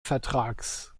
vertrags